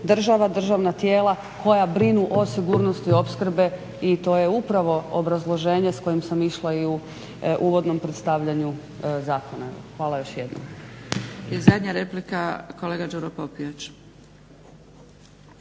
država, državna tijela koja brinu o sigurnosti opskrbe i to je upravo obrazloženje s kojim sam išla i u uvodnom predstavljanju zakona. Hvala još jednom.